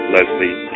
Leslie